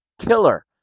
killer